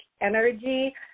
energy